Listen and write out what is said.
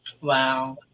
Wow